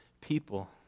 people